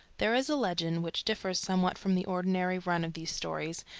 there is a legend which differs somewhat from the ordinary run of these stories,